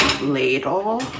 ladle